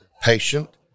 Patient